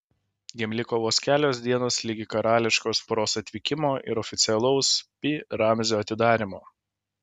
jam liko vos kelios dienos ligi karališkosios poros atvykimo ir oficialaus pi ramzio atidarymo